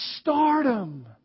stardom